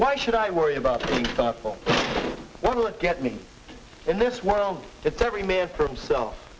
why should i worry about what will get me in this world it's every man for himself